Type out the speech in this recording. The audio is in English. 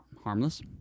harmless